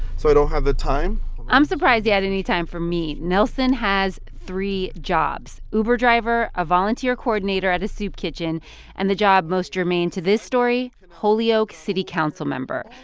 so i don't have the time i'm surprised he had any time for me. nelson has three jobs uber driver a volunteer coordinator at a soup kitchen and the job most germane to this story, holyoke city council member,